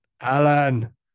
Alan